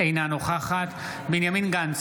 אינה נוכחת בנימין גנץ,